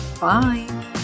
Bye